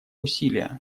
усилия